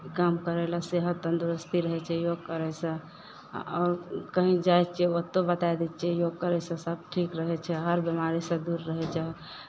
काम करय लेल सेहत तन्दुरुस्ती रहै छै योग करयसँ आओर कहीँ जाइ छियै ओतहु बताय दै छियै जे करै छै तऽ सभ ठीक रहै छै हर बेमारीसँ दूर रहै छै